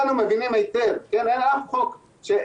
אתה לא עדיף עליי בגלל שאתה יהודי,